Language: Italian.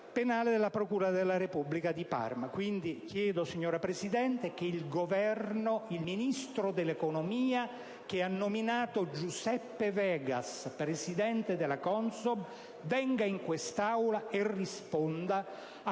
penale della procura della Repubblica di Parma. Chiedo, signora Presidente, che il Governo, e il Ministro dell'economia, che ha nominato Giuseppe Vegas presidente della CONSOB, venga in questa Aula e risponda a